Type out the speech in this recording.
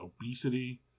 obesity